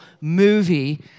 movie